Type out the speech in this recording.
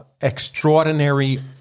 extraordinary